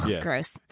gross